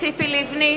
ציפי לבני,